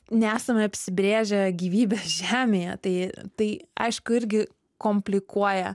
nesame apsibrėžę gyvybės žemėje tai tai aišku irgi komplikuoja